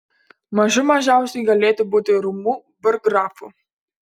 mažų mažiausiai galėtų būti rūmų burggrafu